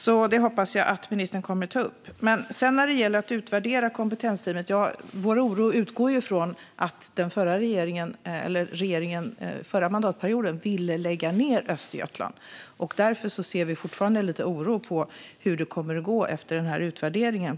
Jag hoppas därför att ministern kommer att ta upp detta. Vad gäller att utvärdera kompetensteamet utgår vår oro från att regeringen förra mandatperioden ville lägga ned denna verksamhet. Därför ser vi fortfarande med lite oro på hur det blir med placeringen efter utvärderingen.